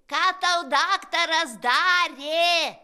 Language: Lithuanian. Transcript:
ką tau daktaras darė